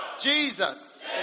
Jesus